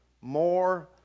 more